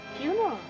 funeral